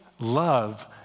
Love